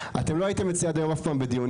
אתם לא הייתם אצלי עד היום אף פעם בדיונים,